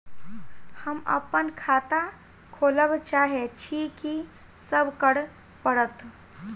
हम अप्पन खाता खोलब चाहै छी की सब करऽ पड़त?